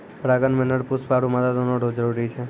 परागण मे नर पुष्प आरु मादा दोनो रो जरुरी छै